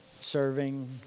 serving